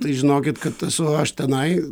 tai žinokit kad esu aš tenai